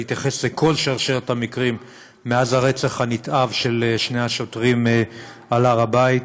להתייחס לכל שרשרת המקרים מאז הרצח הנתעב של שני השוטרים על הר הבית,